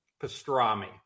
Pastrami